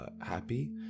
happy